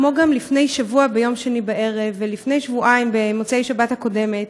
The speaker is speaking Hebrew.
כמו לפני שבוע ביום שני בערב ולפני שבועיים במוצאי השבת הקודמת,